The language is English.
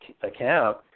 account